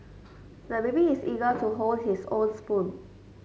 the baby is eager to hold his own spoon